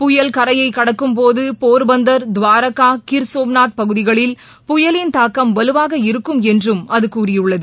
புயல் கரையைகடக்கும்போதுபோா்பந்தா் துவாரகா கிர் சோம்நாத் பகுதிகளில் புயலின் தாக்கம் வலுவாக இருக்கும் என்றும் அதுகூறியுள்ளது